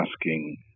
asking